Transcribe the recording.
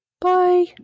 Bye